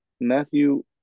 Matthew